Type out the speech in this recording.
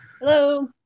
Hello